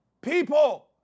people